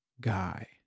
guy